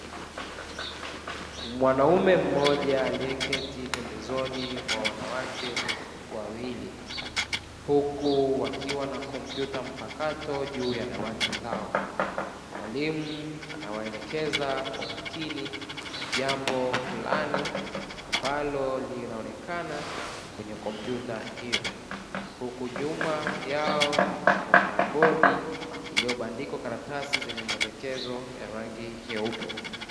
Mwanaume mmoja aliyeketi pembezoni mwa wanawake wawili huku wakiwa na kompyuta mpakato juu ya dawati lao. Mwalimu anawaelekeza kwa makini jambo fulani ambalo linaonekana kwenye kompyuta hiyo. Huku nyuma yao kuna bodi iliyobandikwa karatasi zenye maelekezo ya rangi nyeupe.